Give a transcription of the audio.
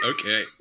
okay